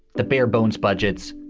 the bare bones budgets,